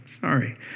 sorry